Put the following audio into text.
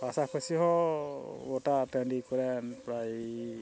ᱯᱟᱥᱟᱯᱟᱥᱤ ᱦᱚᱸ ᱜᱚᱴᱟ ᱴᱟᱺᱰᱤ ᱠᱚᱨᱮᱱ ᱯᱨᱟᱭ